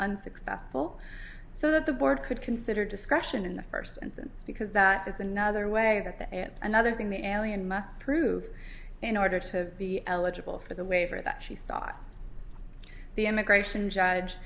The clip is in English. unsuccessful so that the board could consider discretion in the first instance because that is another way that the another thing the alien must prove in order to be eligible for the waiver that she saw the immigration judge